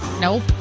Nope